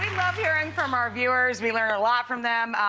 love hearing from our viewers. we learn a lot from them.